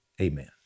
Amen